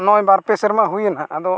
ᱱᱚᱜᱼᱚᱸᱭ ᱵᱟᱨᱯᱮ ᱥᱮᱨᱢᱟ ᱦᱩᱭᱮᱱᱟ ᱟᱫᱚ